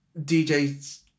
DJs